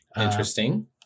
Interesting